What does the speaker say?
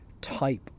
type